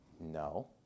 No